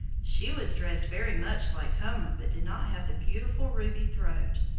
she was dressed very much like hummer but did not have the beautiful ruby throat.